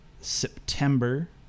September